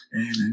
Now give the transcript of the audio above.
Amen